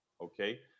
Okay